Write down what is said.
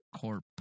corp